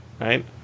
Right